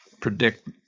predict